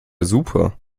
super